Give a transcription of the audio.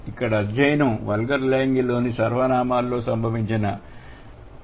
ఇక్కడ అధ్యయనంవల్గర్ లాటిన్ లోని సర్వనామాలలో సంభవించిన ప్రదర్శనాత్మక మార్పుల గురించి